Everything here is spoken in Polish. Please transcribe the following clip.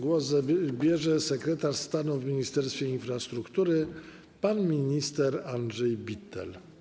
Głos zabierze sekretarz stanu w Ministerstwie Infrastruktury pan minister Andrzej Bittel.